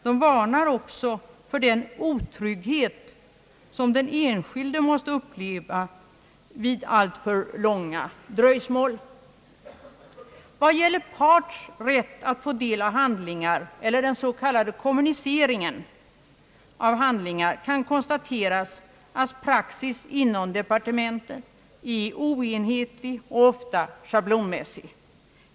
De varnar också för den otrygghet som den enskilde måste uppleva vid alltför långa dröjsmål. När det gäller parts rätt att få del av handlingar eller den s.k. kommuniceringen av handlingar kan konstateras att praxis inom departementen är oenhetlig och ofta schablonmässig.